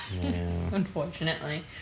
Unfortunately